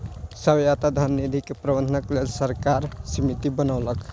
स्वायत्त धन निधि के प्रबंधनक लेल सरकार समिति बनौलक